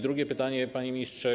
Drugie pytanie, panie ministrze.